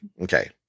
Okay